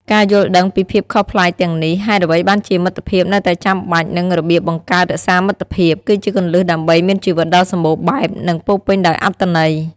ការយល់ដឹងពីភាពខុសប្លែកទាំងនេះ ហេតុអ្វីបានជាមិត្តភាពនៅតែចាំបាច់ និងរបៀបបង្កើត-រក្សាមិត្តភាព គឺជាគន្លឹះដើម្បីមានជីវិតដ៏សម្បូរបែប និងពោរពេញដោយអត្ថន័យ។